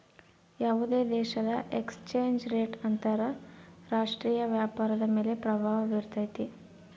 ಯಾವುದೇ ದೇಶದ exchange rate ಅಂತರ ರಾಷ್ಟ್ರೀಯ ವ್ಯಾಪಾರದ ಮೇಲೆ ಪ್ರಭಾವ ಬಿರ್ತೈತೆ